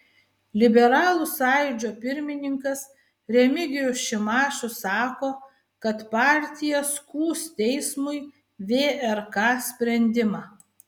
liberalų sąjūdžio pirmininkas remigijus šimašius sako kad partija skųs teismui vrk sprendimą